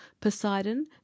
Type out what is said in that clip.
poseidon